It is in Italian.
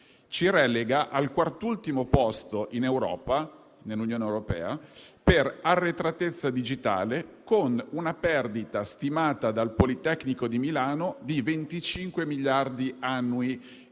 ci relega al quartultimo posto nell'Unione europea per arretratezza digitale, con una perdita stimata dal Politecnico di Milano di 25 miliardi annui,